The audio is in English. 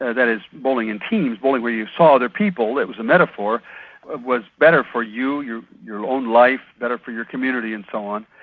ah that is, bowling in teams, bowling where you saw other people it was a metaphor was better for you, your your own life, better for your community and so on,